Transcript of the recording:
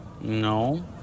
No